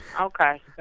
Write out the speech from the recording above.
okay